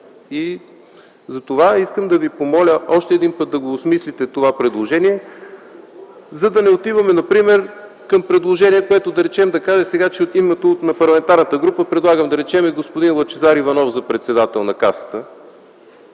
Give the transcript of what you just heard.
Затова искам да ви помоля още веднъж да преосмислите това предложение, за да не отиваме към предложение, примерно да кажа сега, че от името на парламентарната група предлагам господин Лъчезар Иванов за председател на Касата,